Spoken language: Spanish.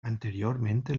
anteriormente